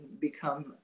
become